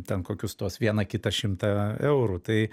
ten kokius tuos vieną kitą šimtą eurų tai